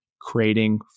creating